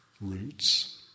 roots